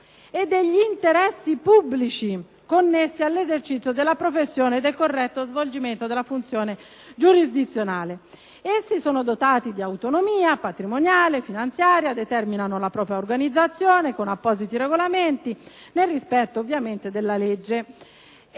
«e degli interessi pubblici connessi all'esercizio della professione e al corretto svolgimento della funzione giurisdizionale. Essi sono dotati di autonomia patrimoniale e finanziaria, determinano la propria organizzazione con appositi regolamenti, nel rispetto» - ovviamente - «delle